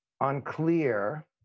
unclear